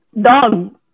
Dog